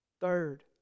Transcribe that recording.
Third